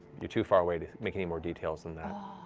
you're too far away to make any more details than that.